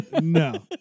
no